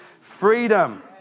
freedom